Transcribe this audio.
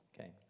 okay